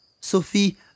Sophie